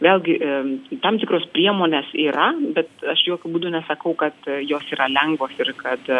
vėlgi tam tikros priemonės yra bet aš jokiu būdu nesakau kad jos yra lengvos ir kad